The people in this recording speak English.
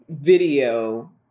video